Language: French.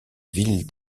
ville